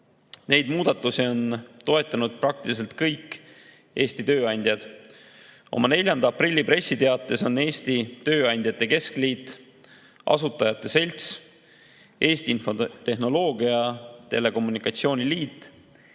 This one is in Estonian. Neid muudatusi on toetanud peaaegu kõik Eesti tööandjad. Oma 4. aprilli pressiteates on Eesti Tööandjate Keskliit, Asutajate Selts, Eesti Infotehnoloogia ja Telekommunikatsiooni Liit,